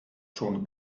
schon